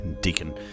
Deacon